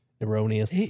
Erroneous